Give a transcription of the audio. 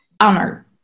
honor